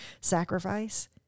sacrifice